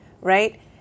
right